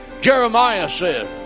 jeremiah said